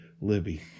Libby